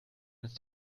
ist